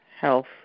health